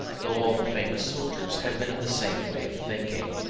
though all the famous soldiers have been of the same way of thinking.